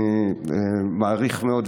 אני מעריך מאוד,